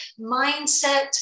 Mindset